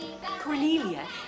Cornelia